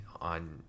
on